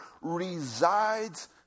resides